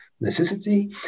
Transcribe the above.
necessity